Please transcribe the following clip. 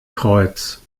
kreuz